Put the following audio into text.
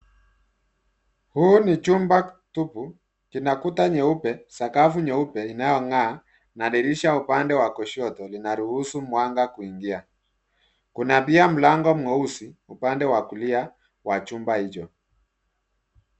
Huu ni chumba tupu. Kina kuta nyeupe, sakafu nyeupe inayong'aa na dirisha upande wa kushoto linaloruhusu mwanga kuingia. Kuna pia mlango mweusi upande wa kulia wa chumba hicho.